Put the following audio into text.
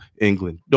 England